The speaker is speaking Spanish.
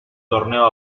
torneo